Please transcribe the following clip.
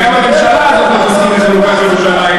וגם הממשלה הזאת לא תסכים לחלוקת ירושלים.